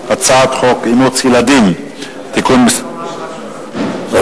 הצעת חוק אימוץ ילדים (תיקון מס' אני רוצה אחרי זה לומר משהו.